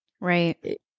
right